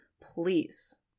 please